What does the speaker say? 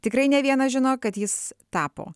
tikrai ne vienas žino kad jis tapo